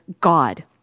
God